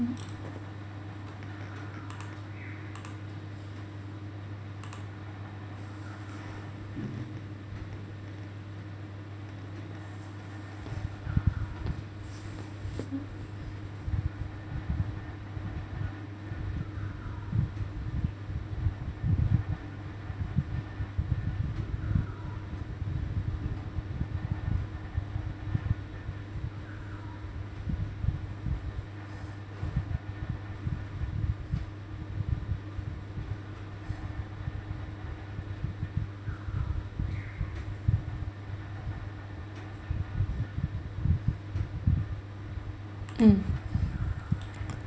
mm